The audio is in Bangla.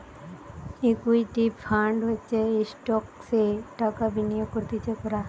ইকুইটি ফান্ড হচ্ছে স্টকসে টাকা বিনিয়োগ করতিছে কোরা